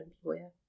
employer